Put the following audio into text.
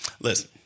Listen